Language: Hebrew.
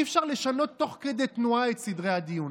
אי-אפשר לשנות תוך כדי תנועה את סדרי הדיון.